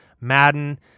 Madden